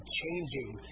changing